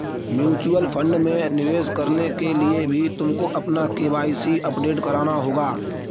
mutual fund में निवेश करने के लिए भी तुमको अपना के.वाई.सी अपडेट कराना होगा